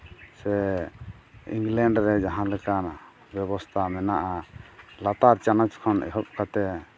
ᱥᱮ ᱤᱝᱞᱮᱱᱰ ᱨᱮ ᱡᱟᱦᱟᱸ ᱞᱮᱠᱟᱱᱟᱜ ᱵᱮᱵᱚᱥᱛᱷᱟ ᱢᱮᱱᱟᱜᱼᱟ ᱞᱟᱛᱟᱨ ᱪᱟᱱᱟᱪ ᱠᱷᱚᱱ ᱮᱦᱚᱵ ᱠᱟᱛᱮ